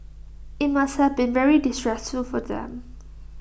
IT must have been very distressful for them